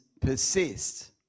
persist